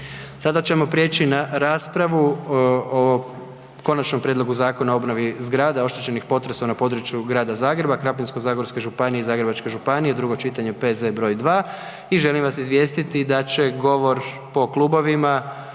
Dakle, prelazimo na raspravu o Konačnom prijedlogu Zakona o obnovi zgrada oštećenih potresom na području Grada Zagreba, Krapinsko-zagorske županije i Zagrebačke županije, to je drugo čitanje, P.Z. br. 2. Predlagatelj je Vlada RH na temelju